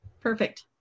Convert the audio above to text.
Perfect